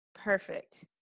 Perfect